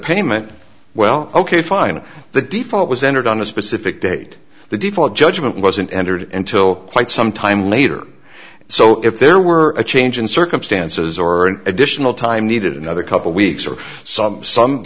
payment well ok fine the default was entered on a specific date the default judgment wasn't entered until quite sometime later so if there were a change in circumstances or an additional time needed another couple weeks or some some